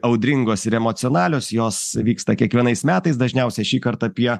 audringos ir emocionalios jos vyksta kiekvienais metais dažniausiai šįkart apie